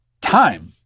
time